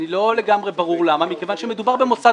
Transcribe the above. לא לגמרי ברור למה מכיוון שמדובר במוסד